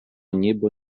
niebo